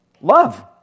love